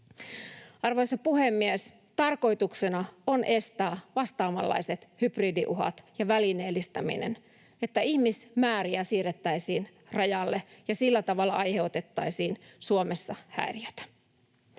Arvoisa puhemies! Tarkoituksena on estää vastaavanlaiset hybridiuhat ja välineellistäminen, se, että ihmismääriä siirrettäisiin rajalle ja sillä tavalla aiheutettaisiin Suomessa häiriötä.